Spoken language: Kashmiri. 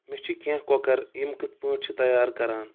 مےٚ چھِ کینٛہہ کۄکر یِم کِتھ پٲٹھۍ چھِ تیار کران